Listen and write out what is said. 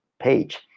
page